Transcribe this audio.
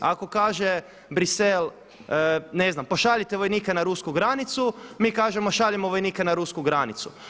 Ako kaže Brisel, ne znam, pošaljite vojnike na rusku granicu, mi kažemo, šaljemo vojnike na rusku granicu.